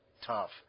Tough